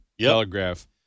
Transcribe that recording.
telegraph